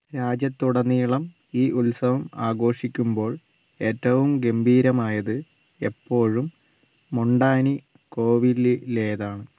രാജ്യത്തുടനീളം ഈ ഉത്സവം ആഘോഷിക്കുമ്പോൾ ഏറ്റവും ഗംഭീരമായത് എപ്പോഴും മൊണ്ടാനി കോവിലിലേതാണ്